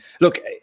look